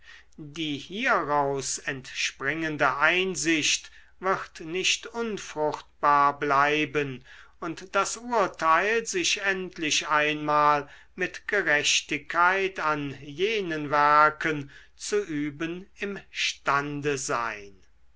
die hieraus entspringende einsicht wird nicht unfruchtbar bleiben und das urteil sich endlich einmal mit gerechtigkeit an jenen werken zu üben imstande sein